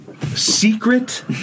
Secret